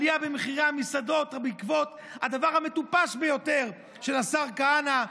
עלייה במחירי המסעדות בעקבות הדבר המטופש ביותר של השר כהנא,